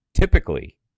typically